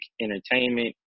entertainment